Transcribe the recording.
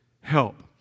help